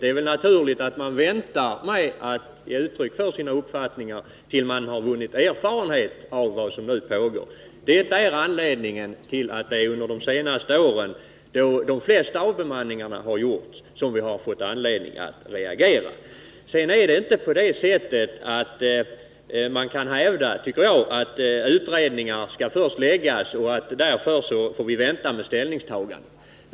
Det är väl naturligt att man väntar med att ge uttryck för sin uppfattning tills man vunnit erfarenhet av vad som pågår. Det är under de senaste åren som de flesta avbemanningarna har företagits, och det är då som vi har fått anledning att reagera. Vi skall inte ständigt avvakta utredningars resultat.